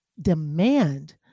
demand